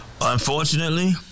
Unfortunately